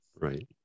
Right